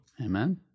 Amen